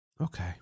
Okay